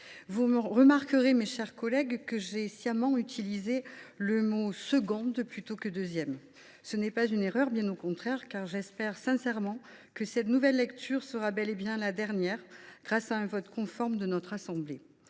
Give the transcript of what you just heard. Vous remarquerez, mes chers collègues, que j’ai sciemment employé le terme « seconde » et n’ai pas parlé de « deuxième lecture ». Ce n’est pas une erreur, bien au contraire : j’espère sincèrement que cette lecture sera bel et bien la dernière, grâce à un vote conforme de notre assemblée,